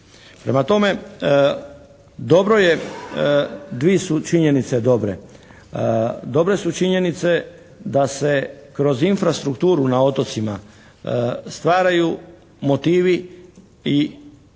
Prema tome, dobro je, 2 su činjenice dobre. Dobre su činjenice da se kroz infrastrukturu na otocima stvaraju motivi i